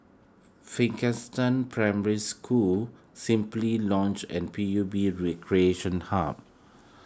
Primary School Simply Lodge and P U B Recreation Hub